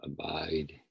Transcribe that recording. abide